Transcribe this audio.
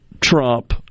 Trump